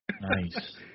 nice